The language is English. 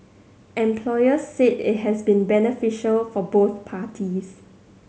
employers said it has been beneficial for both parties